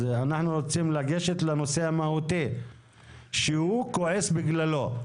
אנחנו רוצים לגשת לנושא המהותי שהוא כועס בגללו,